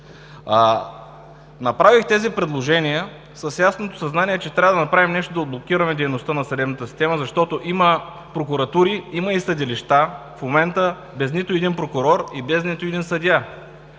Направих тези предложения с ясното съзнание, че трябва да направим нещо да отблокираме дейността на съдебната система, защото има прокуратури, има и съдилища в момента без нито един прокурор и без нито един съдия.